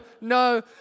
no